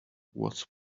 was